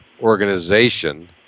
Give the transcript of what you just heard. organization